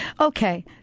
Okay